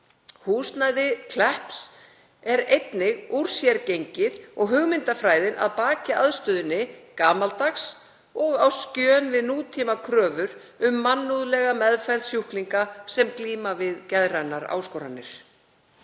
Húsnæði Klepps er úr sér gengið og hugmyndafræðin að baki aðstöðunni gamaldags og á skjön við nútímakröfur um mannúðlega meðferð sjúklinga sem glíma við geðrænar áskoranir.